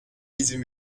izin